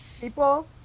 People